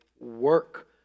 work